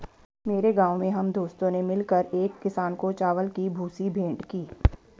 मेरे गांव में हम दोस्तों ने मिलकर एक किसान को चावल की भूसी भेंट की